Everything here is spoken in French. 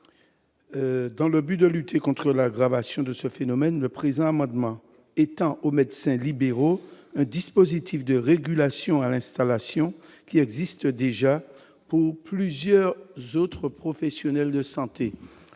Dans le but de lutter contre l'aggravation de ce phénomène, le présent amendement étend aux médecins libéraux, un dispositif de régulation à l'installation, qui existe déjà pour plusieurs autres professionnels de santé,